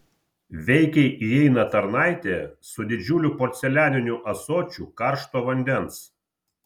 veikiai įeina tarnaitė su didžiuliu porcelianiniu ąsočiu karšto vandens